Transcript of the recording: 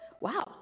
Wow